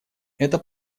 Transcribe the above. это